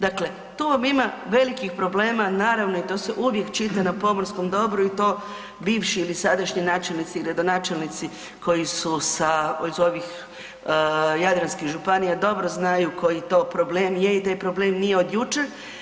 Dakle, to vam ima velikih problema i naravno, i to se uvijek čita na pomorskom dobru i to bivši ili sadašnji načelnici i gradonačelnici koji su sa, iz ovih jadranskih županija dobro znaju koji to problem je i taj problem nije od jučer.